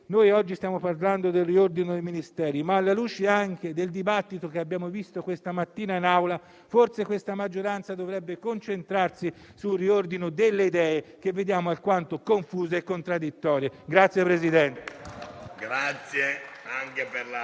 che oggi stiamo parlando del riordino dei Ministeri, ma, anche alla luce del dibattito al quale abbiamo assistito questa mattina in Aula, forse la maggioranza dovrebbe concentrarsi sul riordino delle idee, che vediamo alquanto confuse e contraddittorie.